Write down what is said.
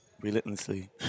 relentlessly